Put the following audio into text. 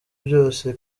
byose